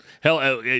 hell